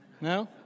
No